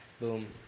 boom